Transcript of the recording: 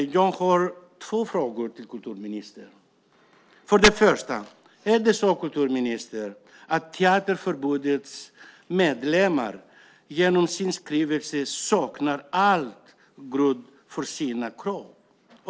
Jag har två frågor till kulturministern. För det första: Är det så, kulturministern, att Teaterförbundets medlemmar genom sin skrivelse saknar all grund för sina krav?